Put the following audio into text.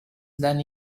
than